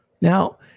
Now